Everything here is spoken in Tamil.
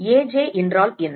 Aj என்றால் என்ன